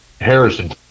harrison